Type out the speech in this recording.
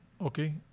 okay